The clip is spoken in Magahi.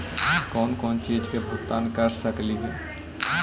कौन कौन चिज के भुगतान कर सकली हे?